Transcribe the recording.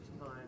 time